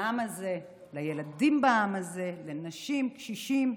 לעם הזה, לילדים בעם הזה, לנשים, קשישים,